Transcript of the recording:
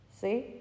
See